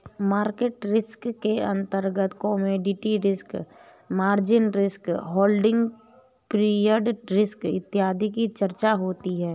market risk के अंतर्गत commodity risk, margin risk, holding period risk इत्यादि की चर्चा होती है